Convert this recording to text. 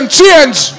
change